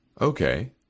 Okay